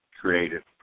creative